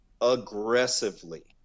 aggressively